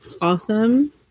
awesome